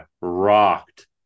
rocked